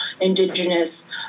indigenous